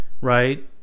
right